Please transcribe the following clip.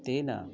तेन